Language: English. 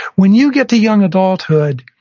when you get to young adulthood,